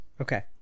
okay